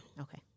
Okay